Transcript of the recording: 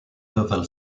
level